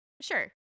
sure